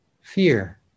fear